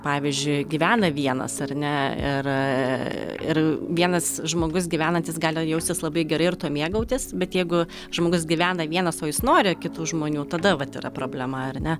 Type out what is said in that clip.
pavyzdžiui gyvena vienas ar ne ir ir vienas žmogus gyvenantis gali jaustis labai gerai ir tuo mėgautis bet jeigu žmogus gyvena vienas o jis nori kitų žmonių tada vat yra problema ar ne